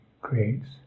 creates